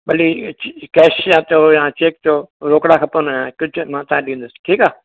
भली अची कैश या अथव या चैक अथव रोकड़ा खपनि या कुझु मां तव्हां खे ॾींदुसि ठीकु आहे